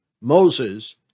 Moses